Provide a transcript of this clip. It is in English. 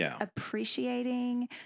appreciating